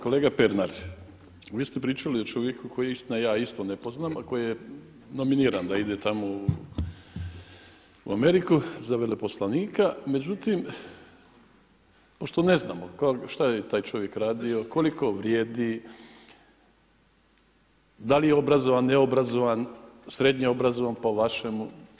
Kolega Pernar, vi ste pričali o čovjeku koji istina ja isto ne poznam, a koji je nominiran da ide tamo u Ameriku za veleposlanika, međutim pošto ne znamo šta je taj čovjek radio, koliko vrijedi, da li je obrazovan, ne obrazovan, srednje obrazovan po vašemu.